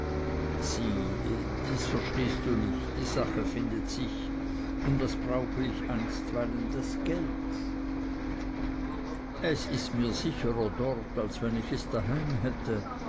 sieh dies verstehst du nicht die sache findet sich und was brauche ich einstweilen geld es ist mir sicherer dort als wenn ich es daheim hätte